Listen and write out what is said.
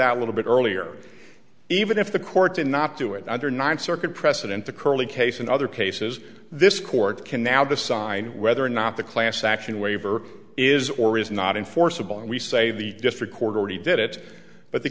out a little bit earlier even if the court did not do it under ninth circuit precedent the curley case and other cases this court can now the sign whether or not the class action waiver is or is not enforceable and we say the district court already did it but the